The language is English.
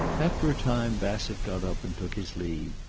after a time bassett got up and took his leave.